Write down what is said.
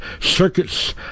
circuits